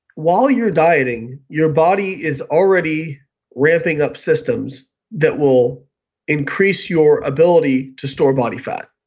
while you're dieting your body is already ramping up systems that will increase your ability to store body fat.